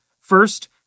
First